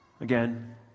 Again